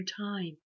time